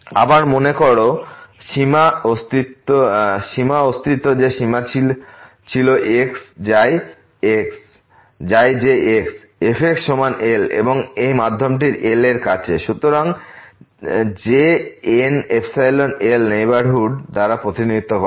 আবার মনে করো সীমা অস্তিত্ব যে সীমা ছিল x যায় যে x f সমান L এবং এই মাধ্যম প্রতিটি L এর কাছে সুতরাং যে Nনেইবারহুড দ্বারা প্রতিনিধিত্ব করা হয়